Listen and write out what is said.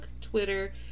Twitter